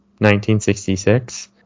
1966